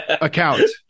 account